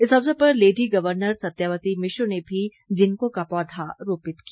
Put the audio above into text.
इस अवसर पर लेडी गर्वनर सत्यावती मिश्र ने भी जिन्को का पौधा रोपित किया